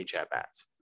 at-bats